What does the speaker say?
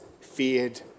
feared